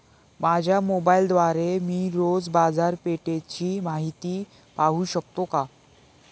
माझ्या मोबाइलद्वारे मी रोज बाजारपेठेची माहिती पाहू शकतो का?